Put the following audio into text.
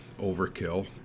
overkill